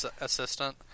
assistant